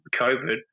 COVID